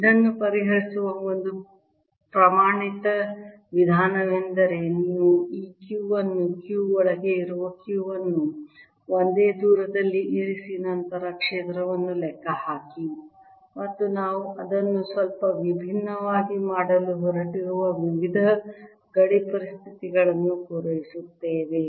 ಇದನ್ನು ಪರಿಹರಿಸುವ ಒಂದು ಪ್ರಮಾಣಿತ ವಿಧಾನವೆಂದರೆ ನೀವು ಈ q ಅನ್ನು q ಒಳಗೆ ಇರುವ q ಅನ್ನು ಒಂದೇ ದೂರದಲ್ಲಿ ಇರಿಸಿ ನಂತರ ಕ್ಷೇತ್ರವನ್ನು ಲೆಕ್ಕಹಾಕಿ ಮತ್ತು ನಾವು ಅದನ್ನು ಸ್ವಲ್ಪ ವಿಭಿನ್ನವಾಗಿ ಮಾಡಲು ಹೊರಟಿರುವ ವಿವಿಧ ಗಡಿ ಪರಿಸ್ಥಿತಿಗಳನ್ನು ಪೂರೈಸುತ್ತೇವೆ